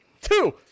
two